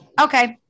okay